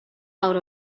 out